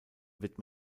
wird